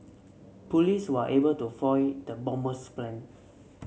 police were able to foil the bomber's plan